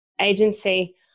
agency